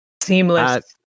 Seamless